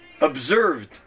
observed